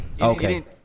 okay